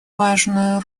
важную